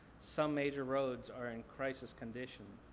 some major roads are in crisis condition.